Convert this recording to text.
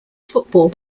football